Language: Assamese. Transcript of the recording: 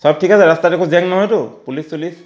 চব ঠিক আছে ৰাস্তাত একো জেং নহয়তো পুলিচ চুলিচ